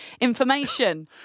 information